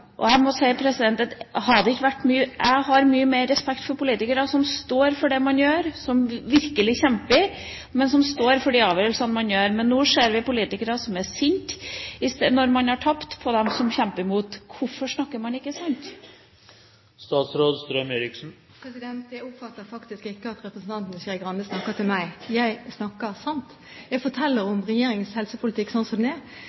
Jeg må si at jeg har mye mer respekt for politikere som står for det man gjør, som virkelig kjemper, men som står for de avgjørelsene man tar. Nå ser vi politikere som, når man har tapt, er sinte på dem som kjemper mot. Hvorfor snakker man ikke sant? Jeg oppfatter faktisk ikke at representanten Skei Grande snakker til meg. Jeg snakker sant. Jeg forteller om regjeringens helsepolitikk sånn som den er.